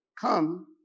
Come